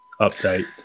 update